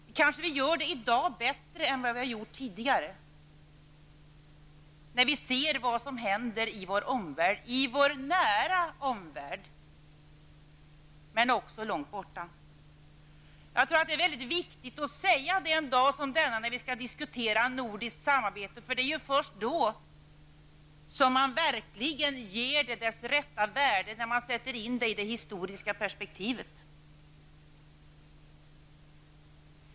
Vi kanske gör det mer i dag än vad vi gjorde tidigare, när vi ser vad som händer i vår omvärld, i vår nära omvärld, men också långt borta. Det är väldigt viktigt att säga detta, en dag som denna, då vi diskuterar nordiskt samarbete. Det är först när man sätter in det nordiska samarbetet i ett historiskt perspektiv som man verkligen kan ge det dess rätta värde.